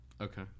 Okay